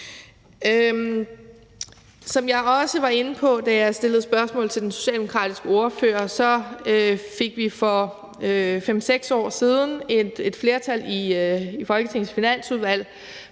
Som jeg også var inde på, da jeg stillede spørgsmål til den socialdemokratiske ordfører, fik vi for 5-6 år siden et flertal i Folketingets Finansudvalg